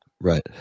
Right